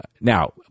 now –